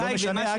לא משנה,